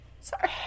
Sorry